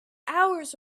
hours